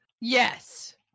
Yes